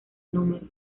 número